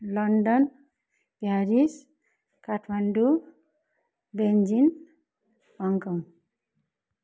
London Paris Kathmandu Beijing Hong Kong